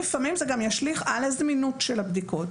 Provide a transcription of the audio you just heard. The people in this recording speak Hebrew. על הזמינות של הבדיקות.